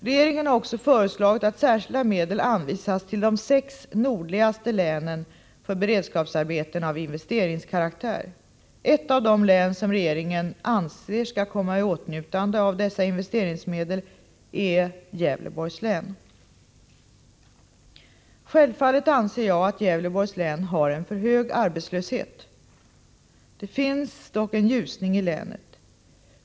Regeringen har också föreslagit att särskilda medel anvisas till de sex nordligaste länen för beredskapsarbeten av investeringskaraktär. Ett av de län som regeringen anser skall komma i åtnjutande av dessa investeringsmedel är Gävleborgs län. Självfallet anser jag att Gävleborgs län har en för hög arbetslöshet. Det finns dock en ljusning i länet.